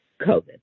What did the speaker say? COVID